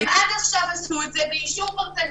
הם עד עכשיו עשו את זה באישור פרטני.